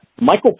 Michael